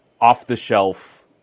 off-the-shelf